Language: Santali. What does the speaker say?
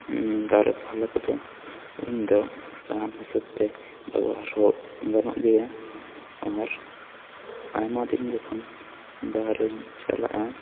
ᱫᱟᱨᱮ ᱯᱟᱦᱟᱞᱟ ᱠᱚᱫᱚ ᱤᱧ ᱫᱚ ᱥᱟᱦᱟᱱ ᱦᱤᱥᱟᱹᱵ ᱛᱮ ᱵᱮᱵᱚᱦᱟᱨ ᱦᱚᱸ ᱜᱟᱱᱚᱜ ᱜᱮᱭᱟ ᱟᱨ ᱟᱭᱢᱟ ᱫᱤᱱ ᱡᱚᱠᱷᱚᱱ ᱵᱟᱨᱦᱤᱧ ᱪᱟᱞᱟᱜᱼᱟ